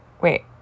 Wait